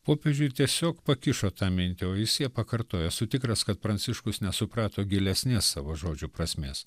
popiežiui tiesiog pakišo tą mintį o jis ją pakartojo esu tikras kad pranciškus nesuprato gilesnės savo žodžių prasmės